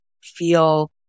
feel